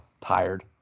tired